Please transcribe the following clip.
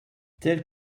tel